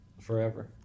Forever